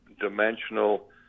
dimensional